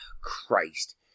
Christ